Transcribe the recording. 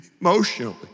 emotionally